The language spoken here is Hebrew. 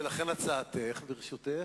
ולכן, הצעתך, ברשותך,